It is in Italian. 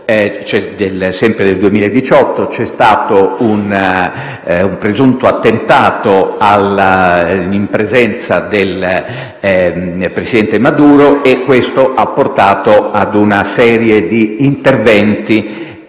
sempre del 2018, c'è stato un presunto attentato in presenza del presidente Maduro e questo ha causato una serie di interventi